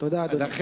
תודה, אדוני.